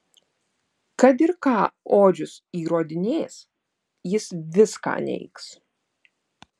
kad ir ką odžius įrodinės jis viską neigs